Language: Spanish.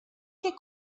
que